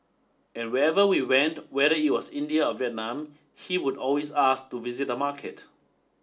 and wherever we went whether it was India or Vietnam he would always ask to visit a market